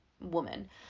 woman